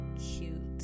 cute